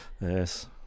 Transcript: Yes